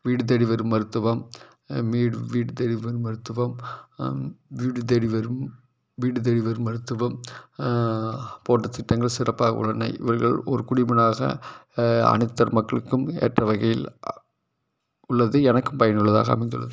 வீடு தேடி வரும் மருத்துவம் வீடு வீடு தேடி வரும் மருத்துவம் வீடு தேடி வரும் வீடு தேடி வரும் மருத்துவம் போன்ற திட்டங்கள் சிறப்பாக உள்ளன இவர்கள் ஒரு குடிமகனாக அனைத்தர மக்களுக்கும் ஏற்ற வகையில் உள்ளது எனக்கும் பயனுள்ளதாக அமைந்துள்ளது